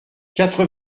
quatre